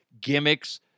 gimmicks